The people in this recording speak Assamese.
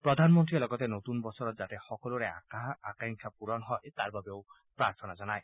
প্ৰধানমন্ত্ৰীয়ে লগতে নতুন বছৰত যাতে সকলোৰে আশা আকাংক্ষা পূৰণ হয় তাৰ বাবেও প্ৰাৰ্থনা জনায়